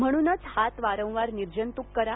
म्हणून हात वारंवार निर्जंतक करा